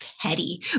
petty